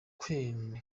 keene